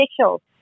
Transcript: officials